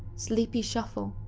sleepy shuffle.